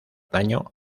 daño